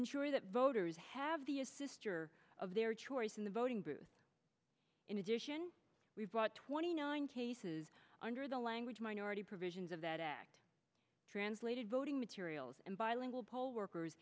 ensure that voters have the a sister of their choice in the voting booth in addition we've brought twenty nine cases under the language minority provisions of that act translated voting materials and bilingual poll workers